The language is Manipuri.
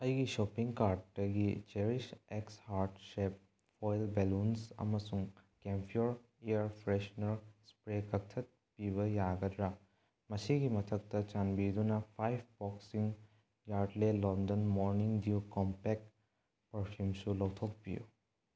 ꯑꯩꯒꯤ ꯁꯣꯞꯄꯤꯡ ꯀꯥꯔꯠꯇꯒꯤ Cherish X heart shape oil balloons ꯑꯃꯁꯨꯡ ꯀꯦꯝꯐꯤꯌꯣꯔ ꯏꯌꯔ ꯐ꯭ꯔꯦꯁꯅꯔ ꯏꯁꯄ꯭ꯔꯦ ꯀꯛꯊꯠꯄꯤꯕ ꯌꯥꯒꯗ꯭ꯔꯥ ꯃꯁꯤꯒꯤ ꯃꯊꯛꯇ ꯆꯥꯟꯕꯤꯗꯨꯅ ꯐꯥꯏꯕ ꯄꯥꯎꯆꯤꯡ Yardley London morning dew compact ꯄꯔꯐꯤꯌꯨꯝꯁꯨ ꯂꯧꯊꯣꯛꯄꯤꯎ